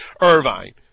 irvine